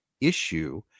issue